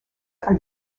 are